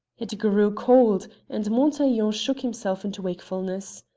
it grew cold, and montaiglon shook himself into wakefulness.